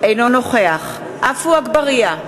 אינו נוכח עפו אגבאריה,